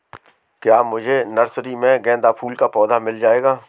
क्या मुझे नर्सरी में गेंदा फूल का पौधा मिल जायेगा?